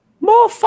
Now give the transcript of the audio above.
more